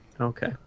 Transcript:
Okay